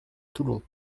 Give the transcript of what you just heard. toulon